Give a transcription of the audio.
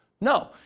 No